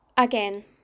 Again